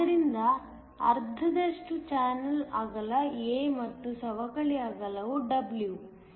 ಆದ್ದರಿಂದ ಅರ್ಧದಷ್ಟು ಚಾನಲ್ ಅಗಲ a ಮತ್ತು ಸವಕಳಿ ಅಗಲವು W